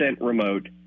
remote